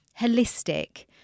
holistic